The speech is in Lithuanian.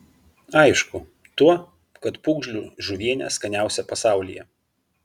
aišku tuo kad pūgžlių žuvienė skaniausia pasaulyje